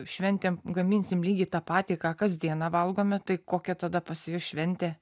šventėm gaminsim lygiai tą patį ką kas dieną valgome tai kokia tada pas jus šventė